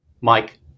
mike